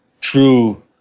true